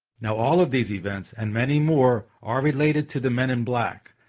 now all of these events and many more are related to the men in black.